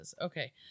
okay